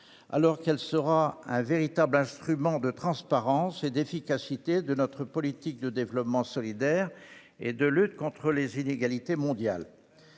alors qu'elle doit devenir un véritable instrument de transparence et d'efficacité de notre politique de développement solidaire et de lutte contre les inégalités mondiales.